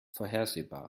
vorhersehbar